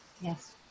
Yes